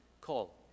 call